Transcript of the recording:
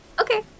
Okay